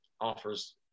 offers –